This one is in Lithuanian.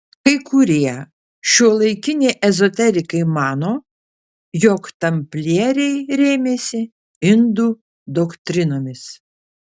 kai kurie šiuolaikiniai ezoterikai mano jog tamplieriai rėmėsi indų doktrinomis